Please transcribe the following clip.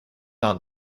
aunt